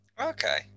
okay